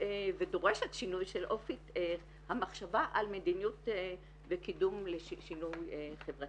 ודורשת שינוי של אופי המחשבה על מדיניות וקידום לשינוי חברתי.